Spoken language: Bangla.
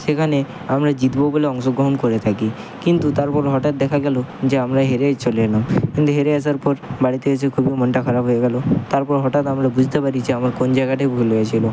সেখানে আমরা জিতবো বলে অংশগ্রহণ করে থাকি কিন্তু তারপর হটাৎ দেখা গেলো যে আমরা হেরেই চলে এলাম কিন্তু হেরে আসার পর বাড়িতে এসে খুবই মনটা খারাপ হয়ে গেলো তারপর হঠাৎ আমরা বুঝতে পারি যে আমার কোন জায়গাটায় ভুল হয়েছিলো